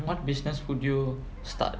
what business would you start